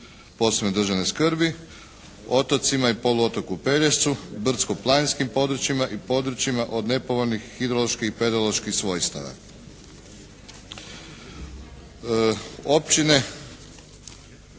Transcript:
posebne državne skrbi, otocima i poluotoku Pelješcu, brdsko-planinskim područjima i područjima od nepovoljnih hidroloških i pedoloških svojstava.